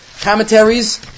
commentaries